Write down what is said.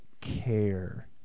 care